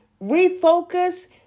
Refocus